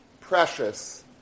precious